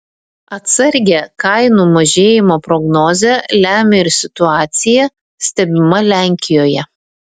atsargią kainų mažėjimo prognozę lemia ir situacija stebima lenkijoje